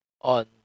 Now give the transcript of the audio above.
on